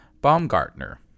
Baumgartner